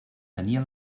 tenia